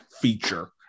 feature